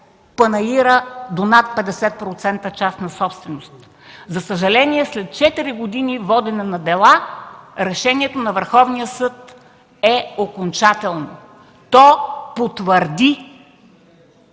панаирът до над 50% частна собственост. За съжаление, след четири години водене на дела, решението на Върховния съд е окончателно. То потвърди